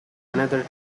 another